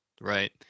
Right